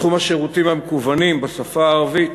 בתחום השירותים המקוונים בשפה הערבית,